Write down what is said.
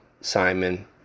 Simon